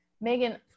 Megan